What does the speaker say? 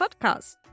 podcast